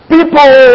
People